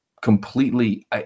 completely